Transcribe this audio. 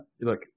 look